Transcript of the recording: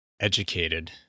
educated